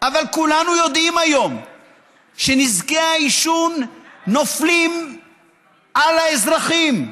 אבל כולנו יודעים היום שנזקי העישון נופלים על האזרחים,